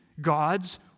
God's